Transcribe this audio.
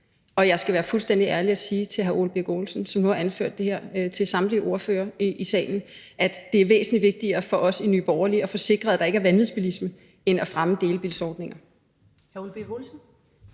Og jeg skal være fuldstændig ærlig og sige til hr. Ole Birk Olesen, som nu har anført det her over for samtlige ordførere i salen, at det er væsentlig vigtigere for os i Nye Borgerlige at få sikret, at der ikke er vanvidsbilisme, end at fremme delebilsordninger.